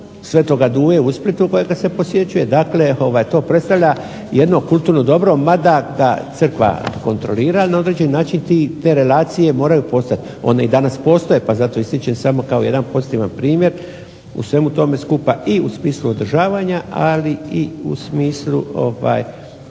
Sv. Duje u Splitu kojega se posjećuje. Dakle, to predstavlja jedno kulturno dobro mada ga crkva kontrolira. Na određeni način te relacije moraju postojati. One i danas postoje pa zato ističem samo kao jedan pozitivan primjer u svemu tome skupa i u smislu održavanja, a i u smislu dozvole